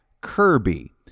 Kirby